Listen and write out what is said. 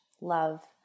love